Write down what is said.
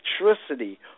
electricity